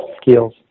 skills